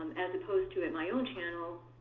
and as opposed to at my own channel,